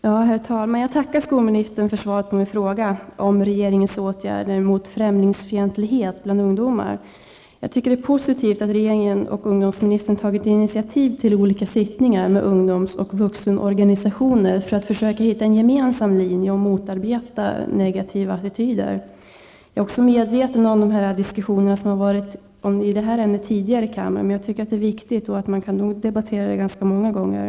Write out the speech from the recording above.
Herr talman! Jag tackar skolministern för svaret på min fråga om regeringens åtgärder mot främlingsfientlighet bland ungdomar. Jag tycker att det är positivt att regeringen och ungdomsministern har tagit initiativ till olika sittningar med ungdomsoch vuxenorganisationer för att försöka hitta en gemensam linje och motarbeta negativa attityder. Jag är också medveten om de diskussioner i detta ämne som tidigare har förts här i kammaren, men jag tycker att ämnet är viktigt, och man kan nog debattera de här frågorna ganska många gånger.